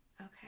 Okay